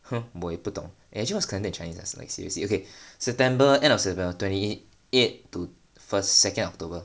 呵我也不懂 eh actually what is calendar in chinese ah like seriously okay september end of september twenty eight to first second october